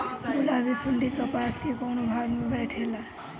गुलाबी सुंडी कपास के कौने भाग में बैठे ला?